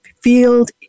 Field